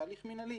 זה הליך מינהלי.